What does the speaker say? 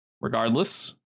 Regardless